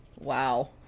Wow